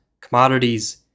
commodities